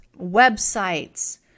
websites